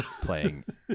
playing